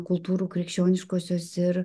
kultūrų krikščioniškosios ir